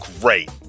great